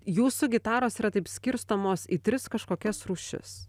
jūsų gitaros yra taip skirstomos į tris kažkokias rūšis